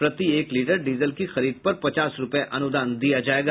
प्रति एक litre diesel की खरीद पर पचास रूपये अनुदान दिया जायेगा